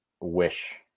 wish